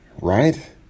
right